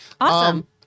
Awesome